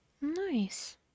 Nice